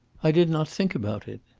i did not think about it.